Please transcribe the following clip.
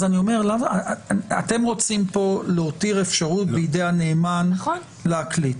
אתם רוצים להותיר אפשרות בידי הנאמן להקליט,